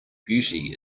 beauty